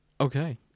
Okay